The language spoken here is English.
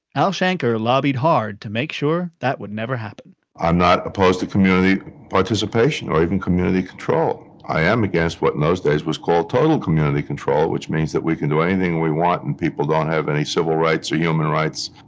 al shanker lobbied hard to make sure that would never happen i'm not opposed to community participation or even community control. i am against what in those days was called total community control, which means that we can do anything we want, and people don't have any civil rights or human rights.